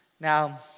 Now